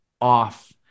off